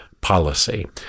policy